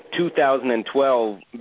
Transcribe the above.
2012